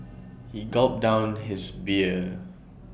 he gulped down his beer